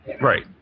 Right